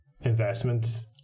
investment